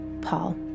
Paul